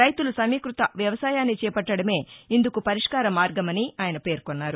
రైతులు సమీకృత వ్యవసాయాన్ని చేపట్లడమే ఇందుకు పరిష్కార మార్గమని పేర్కొన్నారు